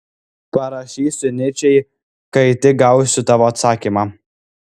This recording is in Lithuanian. parašysiu nyčei kai tik gausiu tavo atsakymą